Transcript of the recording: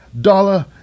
dollar